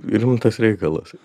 rimtas reikalas